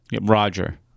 Roger